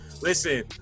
listen